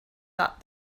thought